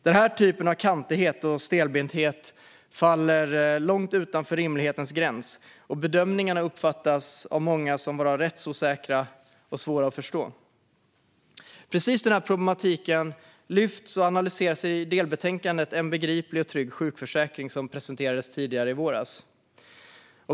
Den typen av kantighet och stelbenthet faller långt utanför rimlighetens gräns, och bedömningarna uppfattas av många som rättsosäkra och svåra att förstå. Precis den här problematiken lyfts upp och analyseras i delbetänkandet En begriplig och trygg sjukförsäkring , som presenterades tidigare i våras.